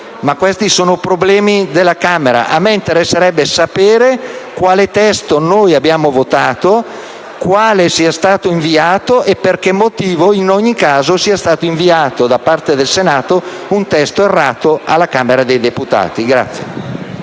questi sono problemi della Camera. A me interesserebbe sapere quale testo noi abbiamo votato, quale sia stato inviato e per quale motivo sia stato inviato da parte del Senato un testo errato alla Camera dei deputati.